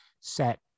set